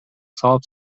сабап